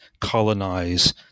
colonize